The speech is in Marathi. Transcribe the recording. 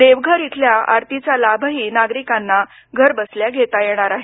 देवघर इथली आरतीचा लाभही नागरिकांना घरबसल्या घेता येणार आहे